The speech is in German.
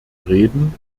reden